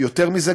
יותר מזה,